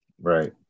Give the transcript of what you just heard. Right